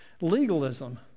legalism